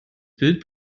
bild